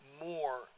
more